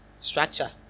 Structure